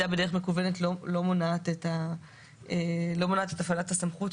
בדרך מקוונת לא מונעת את הפעלת הסמכות,